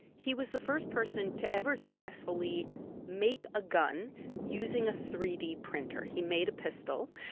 he was the first person to ever successfully make a gun using a three d printer. he made a pistol.